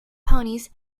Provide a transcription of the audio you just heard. ponies